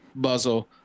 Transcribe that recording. Buzzle